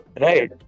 Right